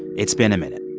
it's been a minute.